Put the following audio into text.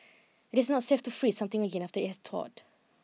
it is not safe to freeze something again after it has thawed